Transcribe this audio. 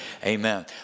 Amen